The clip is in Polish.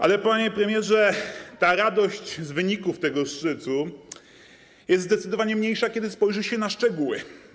Ale panie premierze, radość z wyników tego szczytu jest zdecydowanie mniejsza, jeśli spojrzy się na szczegóły.